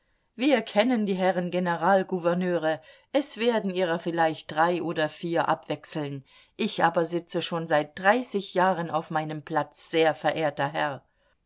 wir kennen die herren generalgouverneure es werden ihrer vielleicht drei oder vier abwechseln ich aber sitze schon seit dreißig jahren auf meinem platz sehr verehrter herr